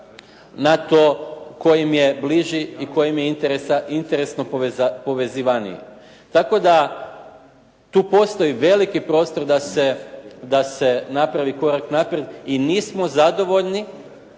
na to koji je bliži i koji je interesno povezivaniji. Tako da tu postoji veliki prostor da se napravi korak naprijed i nismo zadovoljni